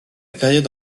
période